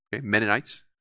Mennonites